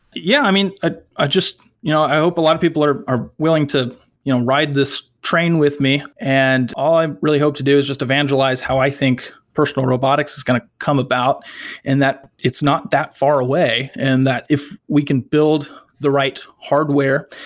yeah, i mean ah i mean you know i hope a lot of people are are willing to you know ride this train with me, and all i really hope to do is just evangelize how i think personal robotics is going to come about and that it's not that far away, and that if we can build the right hardware,